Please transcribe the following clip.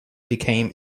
became